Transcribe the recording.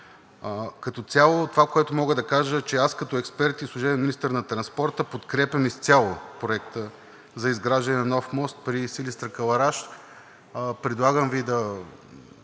Като цяло това, което мога да кажа, че като експерт и служебен министър на транспорта, подкрепям изцяло Проекта за изграждане на нов мост при Силистра – Кълъраш. Предлагам Ви